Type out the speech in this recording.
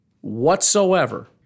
whatsoever